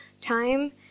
time